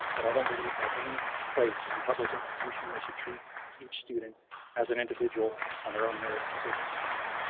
but i don't believe has any place in public institution that should treat each student as an individual on their own merits and circumstances.